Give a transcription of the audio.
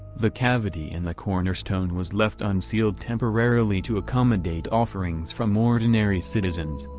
the cavity in the cornerstone was left unsealed temporarily to accommodate offerings from ordinary citizens,